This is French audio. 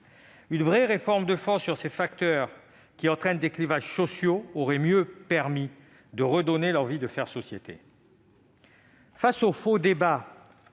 Une vraie réforme de fond sur les facteurs de clivages sociaux aurait ainsi mieux permis de redonner l'envie de faire société. Face aux faux débats